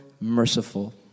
merciful